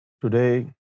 Today